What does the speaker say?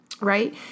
right